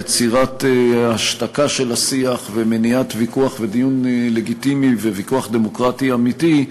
יצירת השתקה של השיח ומניעת ויכוח ודיון לגיטימי וויכוח דמוקרטי אמיתי,